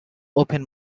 open